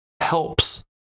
helps